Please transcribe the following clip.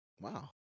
Wow